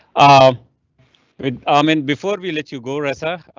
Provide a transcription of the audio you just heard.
um um and before we let you go resa, ah,